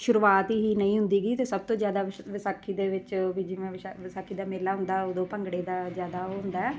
ਸ਼ੁਰੂਆਤ ਹੀ ਨਹੀਂ ਹੁੰਦੀ ਗੀ ਅਤੇ ਸਭ ਤੋਂ ਜ਼ਿਆਦਾ ਵਿ ਵਿਸਾਖੀ ਦੇ ਵਿੱਚ ਵੀ ਜਿਵੇਂ ਵਿਸ ਵਿਸਾਖੀ ਦਾ ਮੇਲਾ ਹੁੰਦਾ ਉਦੋਂ ਭੰਗੜੇ ਦਾ ਜ਼ਿਆਦਾ ਉਹ ਹੁੰਦਾ